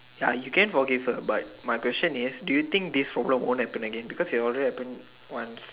ya you can forgive her but my question is do you think this for long won't happen again because it has already happened once